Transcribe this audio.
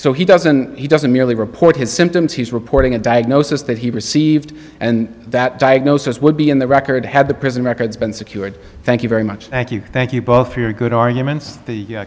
so he doesn't he doesn't merely report his symptoms he's reporting a diagnosis that he received and that diagnosis would be in the record had the prison records been secured thank you very much thank you thank you both for your good arguments the